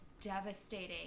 devastating